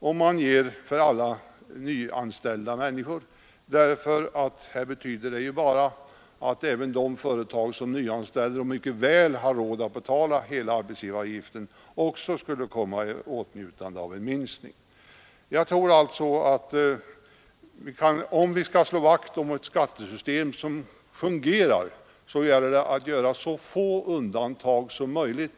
En sådan reducerad avgift skulle bara betyda att även de företag som mycket väl har råd att betala hela arbetsgivaravgiften kommer i åtnjutande av en reducering, när de nyanställer människor. Om vi alltså vill slå vakt om ett skattesystem som verkligen fungerar, så gäller det att ha så få undantag som möjligt.